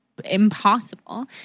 impossible